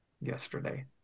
yesterday